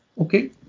Okay